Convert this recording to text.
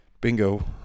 Bingo